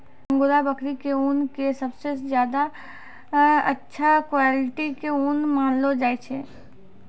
angora बकरी के ऊन कॅ सबसॅ ज्यादा अच्छा क्वालिटी के ऊन मानलो जाय छै